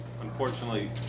unfortunately